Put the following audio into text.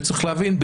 וצריך להבין,